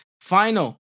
final